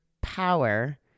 power